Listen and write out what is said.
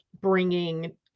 bringing